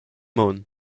mund